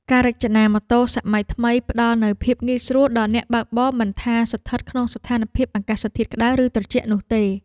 ការរចនាម៉ូតូសម័យថ្មីផ្តល់នូវភាពងាយស្រួលដល់អ្នកបើកបរមិនថាស្ថិតក្នុងស្ថានភាពអាកាសធាតុក្តៅឬត្រជាក់នោះទេ។